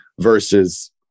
versus